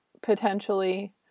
potentially